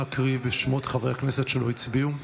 אנא הקריאי את שמות חברי הכנסת שלא הצביעו.